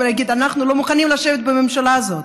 ולהגיד: אנחנו לא מוכנים לשבת בממשלה הזאת.